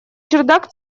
чердак